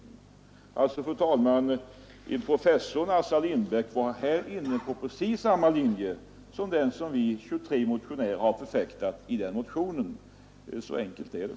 Alltså, fru talman, professorn Assar Lindbeck var här inne på precis samma linje som den som vi 23 motionärer har förfäktat i motionen. Så enkelt är det.